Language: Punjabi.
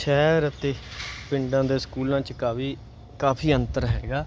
ਸ਼ਹਿਰ ਅਤੇ ਪਿੰਡਾਂ ਦੇ ਸਕੂਲਾਂ 'ਚ ਕਾਫੀ ਕਾਫੀ ਅੰਤਰ ਹੈਗਾ